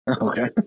Okay